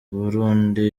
burundi